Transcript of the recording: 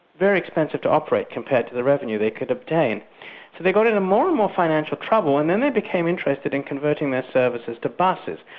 very expensive to operate compared to the revenue they could obtain. so they got into more and more financial trouble and then they became interested in converting their services to buses.